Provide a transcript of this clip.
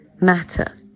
Matter